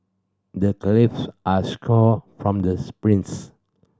the calves are strong from the sprints